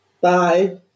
Bye